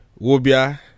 wobia